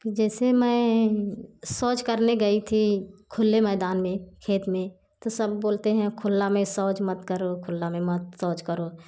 कि जैसे मैं शौच करने गई थी खुले मैदान में खेत में तो सब बोलते हैं खुला में शौच मत करो खुला में मत शौच करो